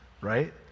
right